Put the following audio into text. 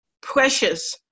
precious